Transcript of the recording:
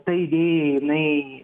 ta idėja jinai